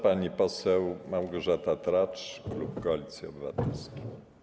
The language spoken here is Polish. Pani poseł Małgorzata Tracz, klub Koalicji Obywatelskiej.